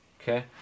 okay